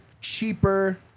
cheaper